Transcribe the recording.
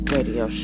Radio